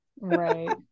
right